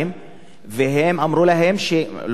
והם אמרו להם, לא רק אמרו להם,